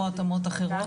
או התאמות אחרות.